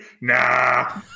Nah